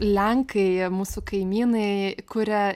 lenkai mūsų kaimynai kuria